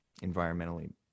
environmentally